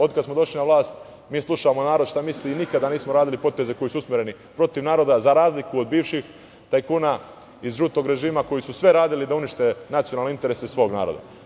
Od kad smo došli na vlast mi slušamo narod šta misli i nikada nismo radili poteze koji su usmereni protiv naroda, za razliku od bivših tajkuna iz žutog režima koji su sve radili da unište nacionalne interese svog naroda.